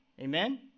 Amen